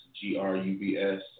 g-r-u-b-s